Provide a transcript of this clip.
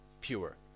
pure